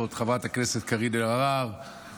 אני מזמין את חבר הכנסת יצחק פינדרוס לנמק את הצעת החוק.